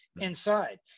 Inside